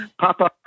Papa